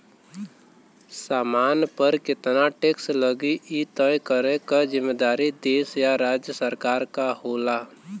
सामान पर केतना टैक्स लगी इ तय करे क जिम्मेदारी देश या राज्य सरकार क होला